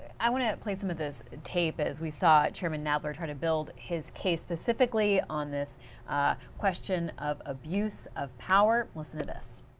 i want to play some of this tape, as we saw chairman nadler trying to build his case. specifically on the question of abuse of power. listen to this.